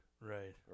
Right